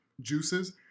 juices